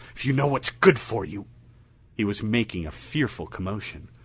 if you know what's good for you he was making a fearful commotion.